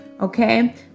Okay